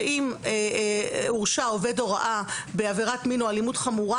שאם הורשע עובד הוראה בעבירת מין או אלימות חמורה